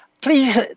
Please